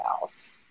else